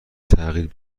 تغییر